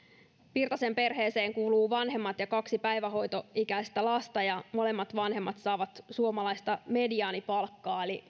virtasen perheeseen kuuluu vanhemmat ja kaksi päivähoitoikäistä lasta ja molemmat vanhemmat saavat suomalaista mediaanipalkkaa eli